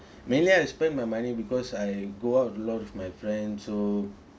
mainly I spend my money because I go out a lot with my friend so